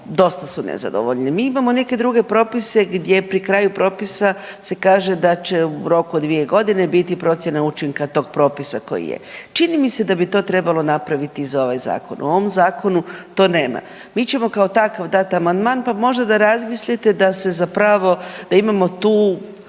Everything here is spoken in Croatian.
dosta su nezadovoljne. Mi imamo neke druge propise gdje pri kraju propisa se kaže da će u roku od 2 godine biti procjena učinka tog propisa koji je. Čini mi se da bi to trebalo napraviti i za ovaj Zakon, u ovom Zakonu to nema. Mi ćemo kao takav dati amandman, pa možda da razmislite da se zapravo, da imamo tu